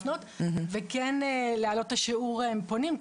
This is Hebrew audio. לפנות וכן להעלות את שיעור הפונים,